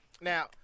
Now